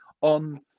on